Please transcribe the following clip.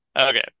Okay